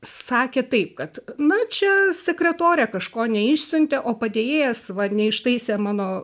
sakė taip kad na čia sekretorė kažko neišsiuntė o padėjėjas neištaisė mano